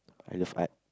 I love art